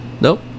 Nope